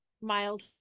mild